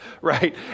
Right